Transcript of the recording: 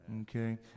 Okay